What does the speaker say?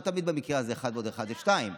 לא תמיד במקרה הזה אחד ועוד אחד הם שניים.